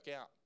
out